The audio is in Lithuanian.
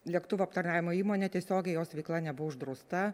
lėktuvų aptarnavimo įmonė tiesiogiai jos veikla nebuvo uždrausta